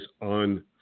on